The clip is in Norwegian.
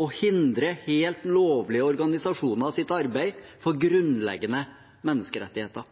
og hindre helt lovlige organisasjoners arbeid for